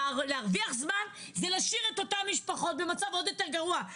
להרוויח זמן זה להשאיר את המשפחות במצב יותר גרוע.